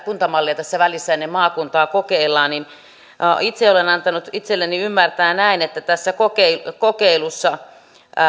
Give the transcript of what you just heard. kuntamallia tässä välissä ennen maakuntaa ylipäätään kokeillaan olen antanut itseni ymmärtää näin että tässä kokeilussa